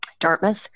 Dartmouth